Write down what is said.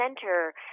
center